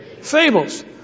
Fables